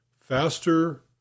faster